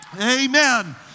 Amen